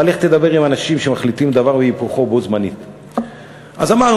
אבל לך תדבר עם אנשים שמחליטים דבר והיפוכו בו זמנית.